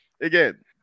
again